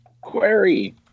Query